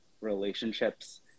relationships